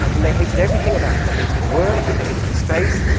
and they hated everything about it. they hated the work they hated the space,